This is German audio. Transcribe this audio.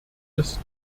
ist